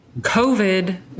COVID